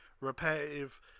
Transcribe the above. repetitive